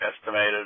estimated